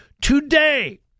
Today